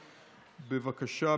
בבקשה,